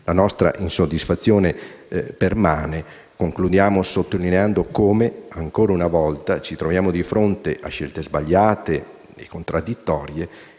la nostra insoddisfazione, concludiamo sottolineando come, ancora una volta, ci troviamo di fronte a scelte sbagliate e contraddittorie